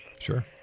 Sure